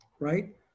right